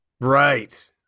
Right